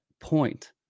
point